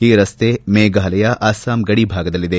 ಈ ರಸ್ನೆ ಮೇಘಾಲಯ ಅಸ್ತಾಂ ಗಡಿಭಾಗದಲ್ಲಿದೆ